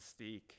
mystique